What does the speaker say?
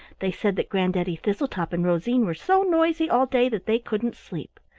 they said that granddaddy thistletop and rosine were so noisy all day that they couldn't sleep.